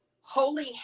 Holy